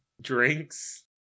drinks